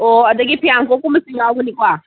ꯑꯣ ꯑꯗꯒꯤ ꯐꯤꯌꯥꯡꯀꯣꯛꯀꯨꯝꯕꯁꯨ ꯌꯥꯎꯒꯅꯤꯀꯣ